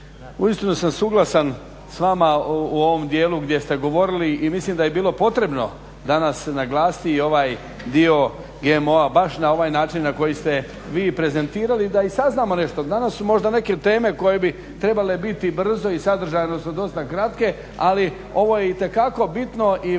uistinu sam suglasan sa vama u ovom dijelu gdje ste govorili i mislim da je bilo potrebno danas naglasiti i ovaj dio GMO-a baš na ovaj način na koji ste vi prezentirali da i saznamo nešto. Danas su možda neke teme koje bi trebale biti brzo i sadržajno su dosta kratke, ali ovo je itekako bitno i važno